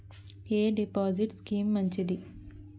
ఎ deposit scheme మంచిది?